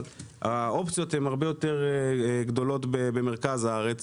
אבל האופציות הרבה יותר גדולות במרכז הארץ.